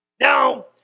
Now